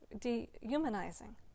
dehumanizing